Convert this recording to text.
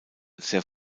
sehr